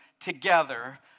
together